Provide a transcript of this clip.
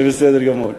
זה בסדר גמור.